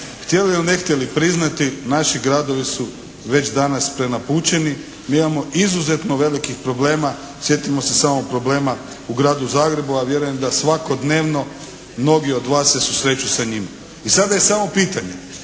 Htjeli ili ne htjeli priznati, naši gradovi su već danas prenapučeni. Mi imamo izuzetno velikih problema. Sjetimo se samo problema u Gradu Zagrebu, a vjerujem da svakodnevno mnogi od vas se susreću sa njima. I sada je samo pitanje